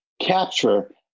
capture